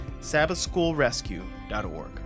sabbathschoolrescue.org